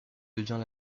devient